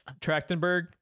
Trachtenberg